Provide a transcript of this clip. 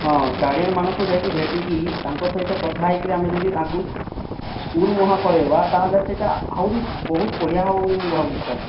ହଁ ଗାର୍ଡିଆନ୍ମାନଙ୍କୁ ଯାଇକି ଭେଟିକି ତାଙ୍କ ସହିତ କଥା ହେଇକରି ଯଦି ଆମେ ତାଙ୍କୁ ସ୍କୁଲ୍ ମୁହାଁ କରାଇବା ତାହେଲେ ସେ'ଟା ଆହୁରି ବହୁତ ବଢିଆ ହେବ ବୋଲି ମୁଁ ଭାବୁଛି ସାର୍